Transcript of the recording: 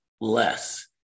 less